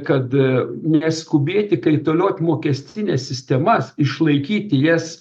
kad neskubėti kaitaliot mokestines sistemas išlaikyti jas